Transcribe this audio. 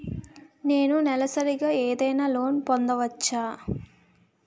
నేను నెలసరిగా ఏదైనా లోన్ పొందవచ్చా?